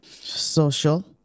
social